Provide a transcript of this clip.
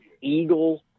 Eagle